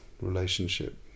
relationship